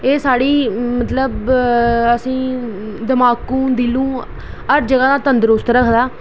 एह् साढ़ी मतलब असेंगी दमाकू दिलू हर जगह तंदरूस्त रखदा